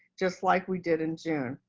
just like we did in june.